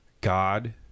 God